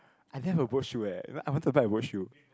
I didn't have a boat shoe eh I wanted to buy a boat shoe